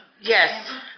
Yes